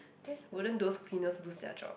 then wouldn't those cleaners lose their job